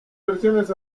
versiones